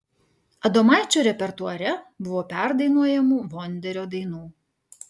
adomaičio repertuare buvo perdainuojamų vonderio dainų